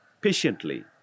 patiently